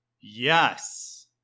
Yes